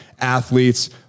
athletes